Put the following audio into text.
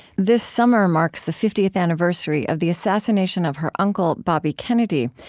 this summer marks the fiftieth anniversary of the assassination of her uncle, bobby kennedy,